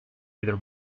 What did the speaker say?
either